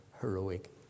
heroic